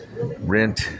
rent